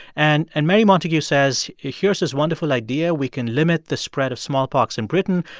and and mary montagu says here's this wonderful idea. we can limit the spread of smallpox in britain.